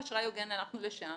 בחוק אשראי הוגן הלכנו לשם